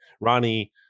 Ronnie